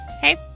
Hey